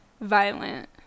violent